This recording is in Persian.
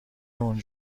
اون